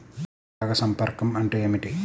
పరాగ సంపర్కం అంటే ఏమిటి?